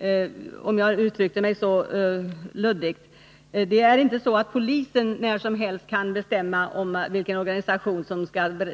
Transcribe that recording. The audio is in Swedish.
Det är inte så att polisen — om jag uttryckte mig så luddigt — när som helst kan bestämma att en organisation skall